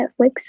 Netflix